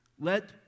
let